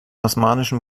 osmanischen